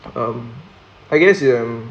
um I guess um